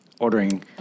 Ordering